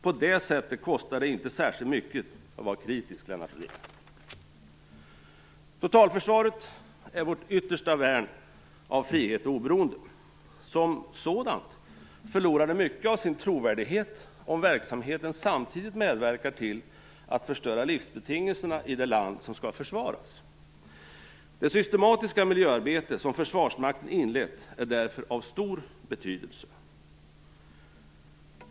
På det sättet kostar det inte särskilt mycket att vara kritisk, Lennart Rohdin. Totalförsvaret är ett lands yttersta värn av frihet och oberoende. Som sådant förlorar det mycket av sin trovärdighet om verksamheten samtidigt medverkar till att förstöra livsbetingelserna i det land som skall försvaras. Det systematiska miljöarbete som Försvarsmakten inlett är därför av stor betydelse.